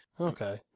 Okay